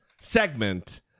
segment